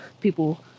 people